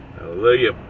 hallelujah